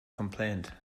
complained